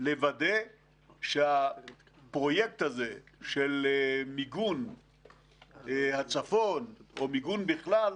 לוודא שהפרויקט הזה מיגון הצפון או מיגון בכלל,